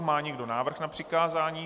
Má někdo návrh na přikázání?